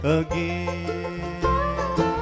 again